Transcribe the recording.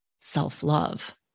self-love